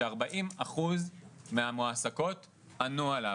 ש-40 אחוזים מהמועסקות ענו עליו,